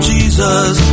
Jesus